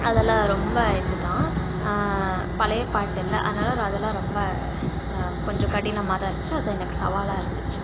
அதெலாம் ரொம்ப இது தான் பழைய பாட்டில் அதனால் நான் அதெலாம் ரொம்ப கொஞ்சம் கடினமாக தான் இருந்துச்சு அது எனக்கு சவாலாக இருந்துச்சு